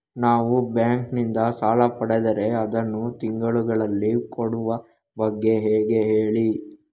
ನಾವು ಬ್ಯಾಂಕ್ ನಿಂದ ಸಾಲ ಪಡೆದರೆ ಅದನ್ನು ತಿಂಗಳುಗಳಲ್ಲಿ ಕೊಡುವ ಬಗ್ಗೆ ಹೇಗೆ ಹೇಳಿ